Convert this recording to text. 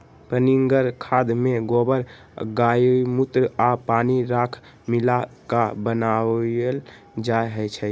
पनीगर खाद में गोबर गायमुत्र आ पानी राख मिला क बनाएल जाइ छइ